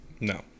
No